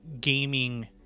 gaming